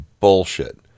Bullshit